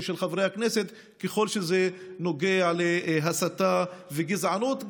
של חברי הכנסת ככל שזה נוגע להסתה וגזענות,